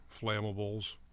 flammables